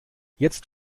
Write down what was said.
jetzt